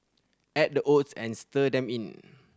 add the oats and stir them in